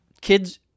Kids